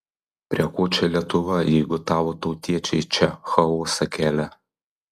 prie ko čia lietuva jeigu tavo tautiečiai čia chaosą kelia